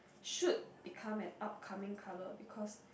should become an upcoming colour because